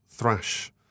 thrash